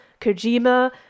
Kojima